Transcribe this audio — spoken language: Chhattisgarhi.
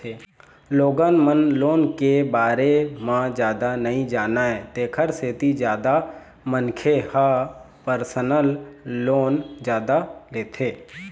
लोगन मन लोन के बारे म जादा नइ जानय तेखर सेती जादा मनखे ह परसनल लोन जादा लेथे